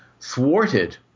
thwarted